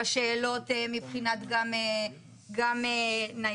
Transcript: לשאלות מבחינת גם ניידות,